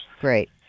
great